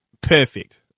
Perfect